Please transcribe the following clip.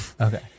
Okay